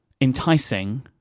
enticing